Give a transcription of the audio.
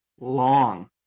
long